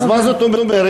אז מה זאת אומרת?